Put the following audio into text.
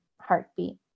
heartbeat